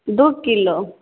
दू किलो